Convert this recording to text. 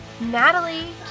Natalie